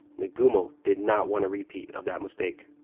nagumo did not want a repeat of that mistake.